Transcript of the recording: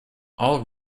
all